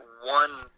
one